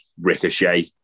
Ricochet